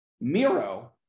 Miro